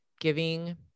giving